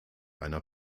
einer